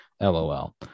lol